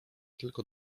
tylko